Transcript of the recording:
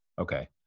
Okay